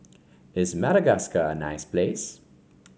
is Madagascar a nice place